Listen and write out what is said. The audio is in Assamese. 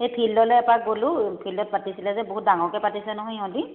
সেই ফিল্ডলে এপাক গ'লো ফিল্ডত পাতিছিলে যে বহুত ডাঙৰকৈ পাতিছে নহয় ইহঁতি